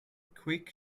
quick